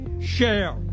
share